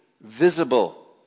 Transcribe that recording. visible